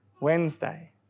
Wednesday